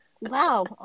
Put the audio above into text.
Wow